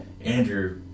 Andrew